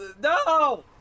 No